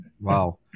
Wow